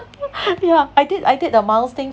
yeah I did I did the miles thing